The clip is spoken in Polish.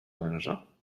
męża